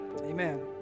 Amen